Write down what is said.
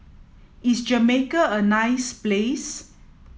is Jamaica a nice place